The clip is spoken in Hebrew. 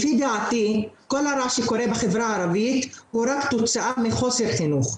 לפי דעתי כל הרע שקורה בחברה הערבית הוא רק תוצאה מחוסר חינוך,